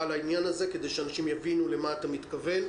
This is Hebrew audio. למה אתה מתכוון?